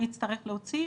את זה אני אצטרך להוציא.